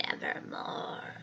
nevermore